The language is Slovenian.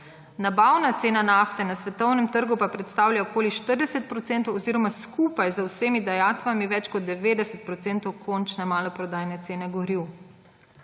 Nabavna cena nafte na svetovnem trgu pa predstavlja okoli 40 % oziroma skupaj z vsemi dajatvami več kot 90 % končne maloprodajne cene goriv.